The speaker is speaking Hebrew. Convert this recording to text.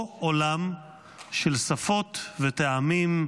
או עולם של שפות וטעמים,